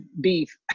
beef